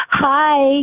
Hi